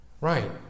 Right